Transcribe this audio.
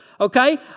Okay